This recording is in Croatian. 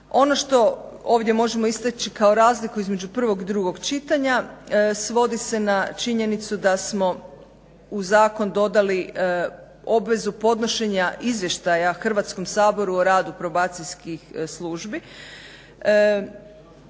Ono što ovdje možemo istaći kao razliku između prvog i drugog čitanja svodi se na činjenicu da smo u zakon dodali obvezu podnošenja izvještaja Hrvatskom saboru o radu probacijskih službi.